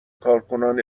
کارکنان